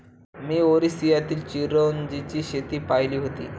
मी ओरिसातील चिरोंजीची शेती पाहिली होती